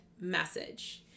message